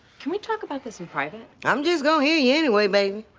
can we talk about this in private? i'm just gon hear you anyway, baby.